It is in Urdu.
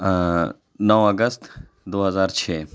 نو اگست دو ہزار چھ